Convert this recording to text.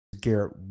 Garrett